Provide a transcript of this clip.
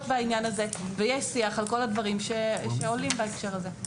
בעניין הזה ויש שיח על כל הדברים שעולים בהקשר הזה.